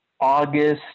August